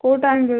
କେଉଁ ଟାଇମ୍ରେ